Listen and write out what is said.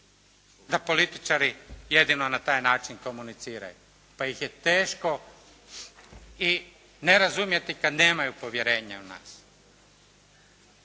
da političari jednino na taj način komuniciraju. Pa ih je teško i ne razumjeti kada nemaju povjerenja u nas.